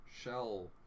shell